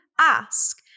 ask